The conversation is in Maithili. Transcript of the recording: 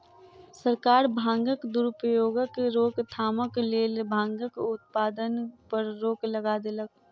सरकार भांगक दुरुपयोगक रोकथामक लेल भांगक उत्पादन पर रोक लगा देलक